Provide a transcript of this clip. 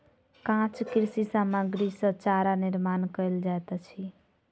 काँच कृषि सामग्री सॅ चारा निर्माण कयल जाइत अछि